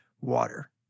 water